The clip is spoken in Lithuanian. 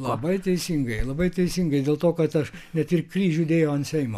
labai teisingai labai teisingai dėl to kad aš net ir kryžių dėjau ant seimo